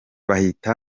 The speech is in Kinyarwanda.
bahati